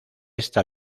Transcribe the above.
esta